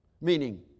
Meaning